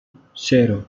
cero